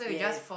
yes